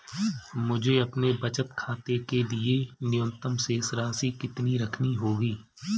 मुझे अपने बचत खाते के लिए न्यूनतम शेष राशि कितनी रखनी होगी?